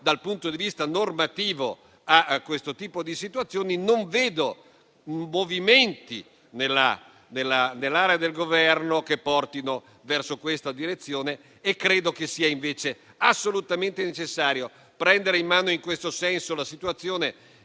dal punto di vista normativo a questo tipo di situazioni. Non vedo movimenti nell'area del Governo che portino verso questa direzione e credo che sia invece assolutamente necessario prendere in mano in questo senso la situazione.